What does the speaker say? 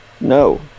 No